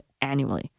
annually